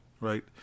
right